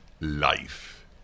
life